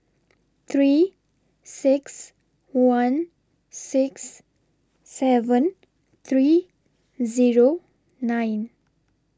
three six one six seven three Zero nine